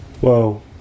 Whoa